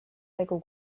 tegu